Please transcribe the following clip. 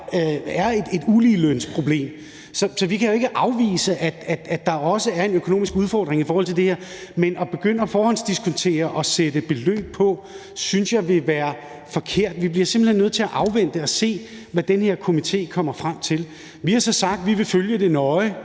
er et uligelønsproblem, så vi kan jo ikke afvise, at der også er en økonomisk udfordring i forhold til det her. Men at begynde at forhåndsdiskontere og sætte beløb på synes jeg ville være forkert. Vi bliver simpelt hen nødt til at afvente og se, hvad den her komité kommer frem til. Vi har så sagt, at vi vil følge det nøje,